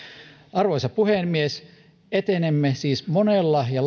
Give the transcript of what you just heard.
arvoisa puhemies etenemme siis hallituksessa laajalla ja